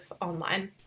online